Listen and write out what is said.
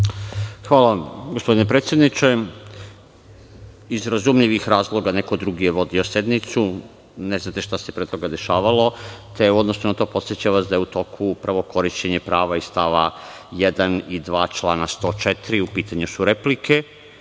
Hvala gospodine predsedniče, iz razumljivih razloga neko drugi je vodio sednicu, vi ne znate šta se pre toga dešavalo, pa u odnosu na to, podsećam vas da je u toku upravo korišćenje prava iz stava 1. i 2. člana 104. U pitanju su replike.